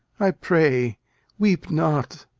i pray weep not.